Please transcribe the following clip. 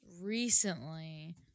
recently